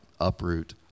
uproot